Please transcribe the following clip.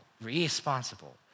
responsible